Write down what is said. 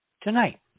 tonight